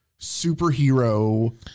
superhero